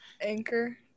Anchor